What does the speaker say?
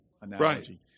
analogy